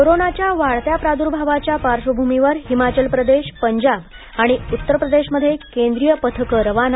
कोरोनाच्या वाढत्या प्राद्र्भावाच्या पार्श्वभूमीवर हिमाचल प्रदेश पंजाब आणि उत्तर प्रदेशमध्ये केंद्रीय पथकं रवाना